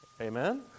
Amen